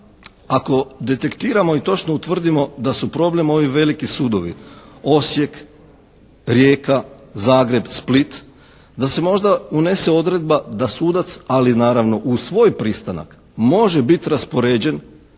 ako detektiramo i točno utvrdimo da su problem ovi veliki sudovi, Osijek, Rijeka, Zagreb, Split, da se možda unese odredba da sudac ali naravno uz svoj pristanak može bit raspoređen